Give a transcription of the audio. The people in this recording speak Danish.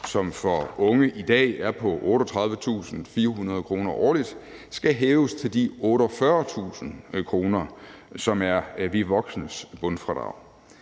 som for unge i dag er på 38.400 kr. årligt, skal hæves til de 48.000 kr., som er bundfradraget